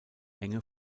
enge